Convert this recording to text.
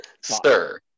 sir